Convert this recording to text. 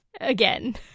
Again